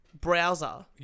browser